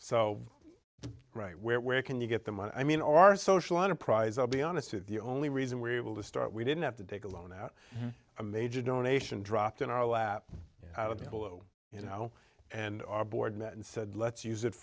so right where where can you get them i mean our social enterprise i'll be honest the only reason we're able to start we didn't have to take a loan out a major donation dropped in our lap you know and our board met and said let's use it